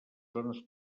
zones